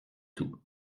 tout